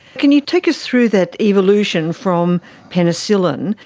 can you take us through that evolution from penicillin,